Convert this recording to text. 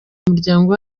muryango